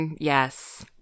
Yes